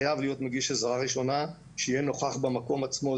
חייב להיות מגיש עזרה ראשונה שיהיה נוכח במקום עצמו,